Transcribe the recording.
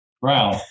Brown